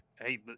hey